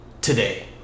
today